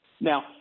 Now